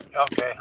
okay